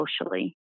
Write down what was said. socially